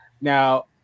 Now